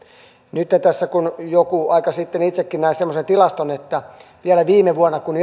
joku aika sitten itsekin näin semmoisen tilaston että vielä viime vuonna kun